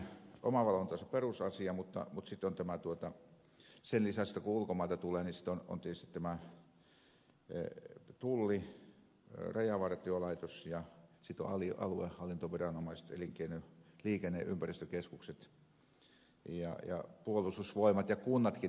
omavalvonta on se perusasia mutta sitten on sen lisäksi kun ulkomailta tulee tietysti tämä tulli rajavartiolaitos ja sitten aluehallintoviranomaiset elinkeino liikenne ja ympäristökeskukset ja puolustusvoimat ja kunnatkin täällä vielä lukee